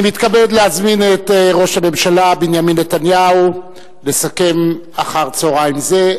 אני מתכבד להזמין את ראש הממשלה בנימין נתניהו לסכם אחר-צהריים זה,